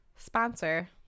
Sponsor